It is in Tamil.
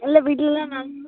இல்லை வீட்லயெல்லாம் நல்லா